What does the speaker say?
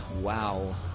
wow